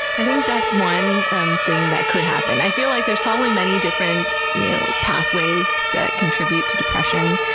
i think that's one um thing that could happen. i feel like there's probably many different you know pathways that contribute to depression,